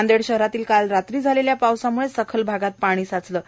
नांदेड शहरातील काल रात्री झालेल्या पावसाम्ळे सखल भागात पाणी साचले आहे